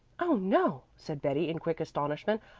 oh, no, said betty in quick astonishment.